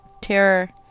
terror